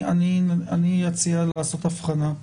אני אציע לעשות הבחנה.